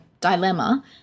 dilemma